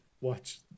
watch